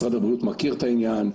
משרד הבריאות מכיר את העניין.